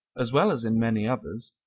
as well as in many others,